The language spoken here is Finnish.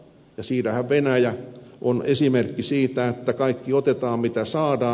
siinähän venäjä on esimerkki siitä että kaikki otetaan mitä saadaan